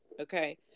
okay